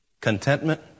contentment